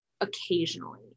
occasionally